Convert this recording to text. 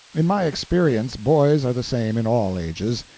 in my experience boys are the same in all ages.